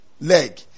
leg